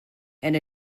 and